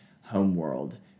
homeworld